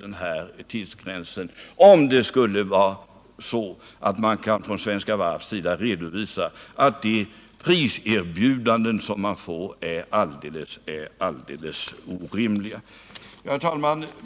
den här tidsgränsen om man från Svenska Varvs sida kan redovisa att de priserbjudanden man fått är alldeles orimliga. Herr talman!